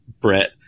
Brett